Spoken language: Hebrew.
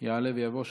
יעלה ויבוא.